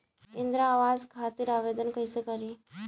इंद्रा आवास खातिर आवेदन कइसे करि?